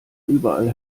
überall